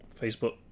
Facebook